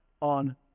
on